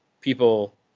people